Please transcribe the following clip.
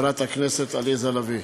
חברת הכנסת עליזה לביא,